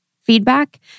feedback